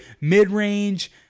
mid-range